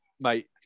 mate